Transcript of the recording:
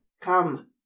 come